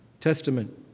Testament